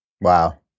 wow